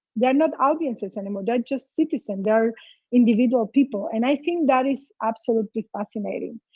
they're not audiences anymore, they're just citizens. they're individual people. and i think that is absolutely fascinating.